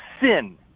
sin